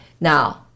Now